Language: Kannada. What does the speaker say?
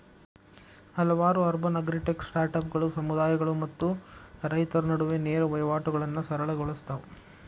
ಹಲವಾರು ಅರ್ಬನ್ ಅಗ್ರಿಟೆಕ್ ಸ್ಟಾರ್ಟ್ಅಪ್ಗಳು ಸಮುದಾಯಗಳು ಮತ್ತು ರೈತರ ನಡುವೆ ನೇರ ವಹಿವಾಟುಗಳನ್ನಾ ಸರಳ ಗೊಳ್ಸತಾವ